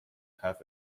half